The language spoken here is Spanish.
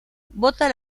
vota